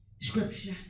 scripture